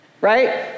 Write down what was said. right